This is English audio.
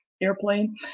airplane